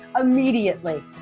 immediately